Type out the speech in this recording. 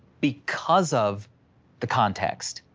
because of the context.